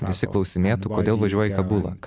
visi klausinėtų kodėl važiuoji į kabulą